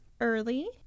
early